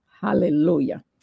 Hallelujah